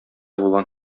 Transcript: булган